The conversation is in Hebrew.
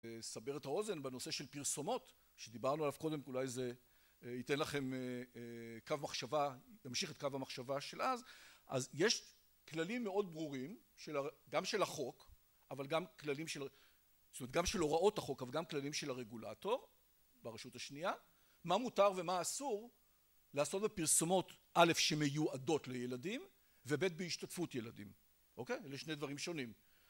לסבר את האוזן בנושא של פרסומות, שדיברנו עליו קודם. אולי זה ייתן לכם קו מחשבה, ימשיך את קו המחשבה של אז, אז יש כללים מאוד ברורים, של ה... גם של החוק, אבל גם כללים של, זאת אומרת, גם של הוראות החוק, אבל גם כללים של הרגולטור ברשות השנייה, מה מותר ומה אסור לעשות בפרסומות, א' שמיועדות לילדים וב' בהשתתפות ילדים. אוקיי? אלה שני דברים שונים.